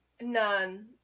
None